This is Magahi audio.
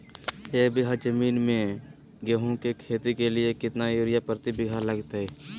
एक बिघा जमीन में गेहूं के खेती के लिए कितना यूरिया प्रति बीघा लगतय?